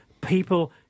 people